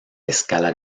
escala